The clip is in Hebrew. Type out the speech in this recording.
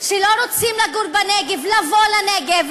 שלא רוצים לגור בנגב לבוא לנגב,